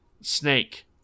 snake